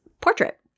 portrait